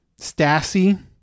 Stassi